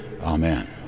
Amen